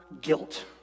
guilt